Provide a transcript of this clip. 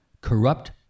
corrupt